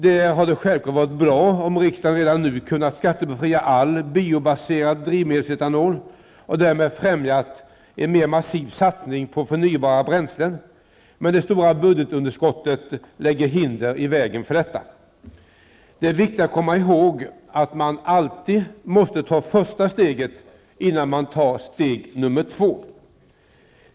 Det hade självklart varit bra om riksdagen redan nu kunnat skattebefria all biobaserad drivmedelsetanol och därmed främja en mer massiv satsning på förnybara bränslen, men det stora budgetunderskottet lägger hinder i vägen för detta. Det är viktigt att komma ihåg att man alltid måste ta första steget innan man tar det andra.